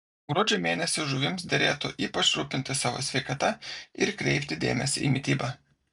gruožio mėnesį žuvims derėtų ypač rūpintis savo sveikata ir kreipti dėmesį į mitybą